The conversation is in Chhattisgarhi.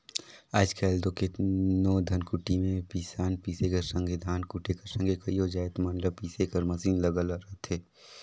आएज काएल दो केतनो धनकुट्टी में पिसान पीसे कर संघे धान कूटे कर संघे कइयो जाएत मन ल पीसे कर मसीन लगल रहथे